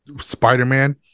Spider-Man